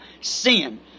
sin